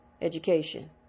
education